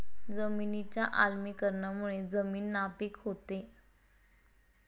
जमिनीच्या आम्लीकरणामुळे जमीन नापीक होते